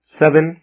seven